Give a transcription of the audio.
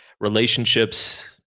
Relationships